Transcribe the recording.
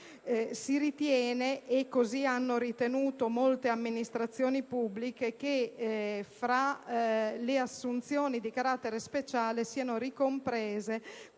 Si ritiene - così hanno ritenuto molte amministrazioni pubbliche - che tra le assunzioni di carattere speciale siano ricomprese